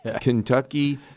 Kentucky